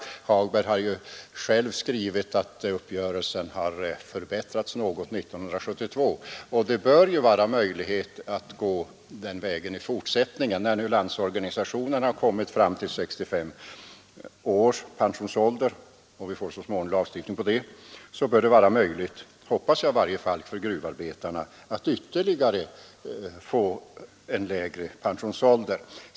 Herr Hagberg har ju själv skrivit i sin motion att uppgörelsen har förbättrats något 1972. Det bör ju vara möjligt att gå vidare på den vägen i fortsättningen, när nu Landsorganisationen kommit fram till 65 år som pensionsålder. När vi så småningom får lagstiftning om detta hoppas jag det skall vara möjligt för gruvarbetarna att få ännu lägre pensionsålder.